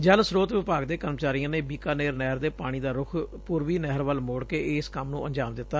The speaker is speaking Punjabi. ਜਲ ਸਰੋਤ ਵਿਭਾਗ ਦੇ ਕਰਮਚਾਰੀਆਂ ਨੇ ਬੀਕਾਨੇਰ ਨਹਿਰ ਦੇ ਪਾਣੀ ਦਾ ਰੁੱਖ ਪੁਰਬੀ ਨਹਿਰ ਵੱਲ ਮੋਤ ਕੇ ਇਸ ਕੰਮ ਨੂੰ ਅੰਜਾਮ ਦਿੱਤਾ